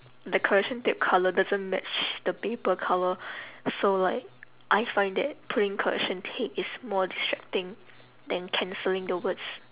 the correction tape colour doesn't match the paper colour so like I find that putting correction tape is more distracting than cancelling the words